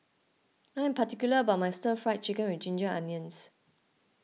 I am particular about my Stir Fried Chicken with Ginger Onions